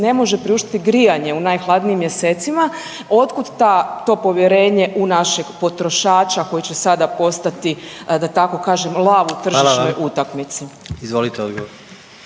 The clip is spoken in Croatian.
ne može priuštiti grijanje u najhladnijim mjesecima. Od kud to povjerenje u našeg potrošača koji će sada postati da tako kažem lav u tržišnoj utakmici. …/Upadica predsjednik: